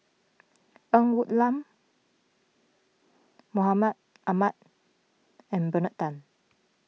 Ng Woon Lam Mahmud Ahmad and Bernard Tan